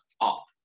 up